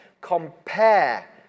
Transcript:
compare